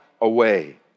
away